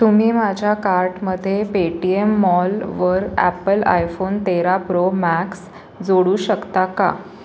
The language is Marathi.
तुम्ही माझ्या कार्टमध्ये पेटीएम मॉलवर ॲपल आयफोन तेरा प्रो मॅक्स जोडू शकता का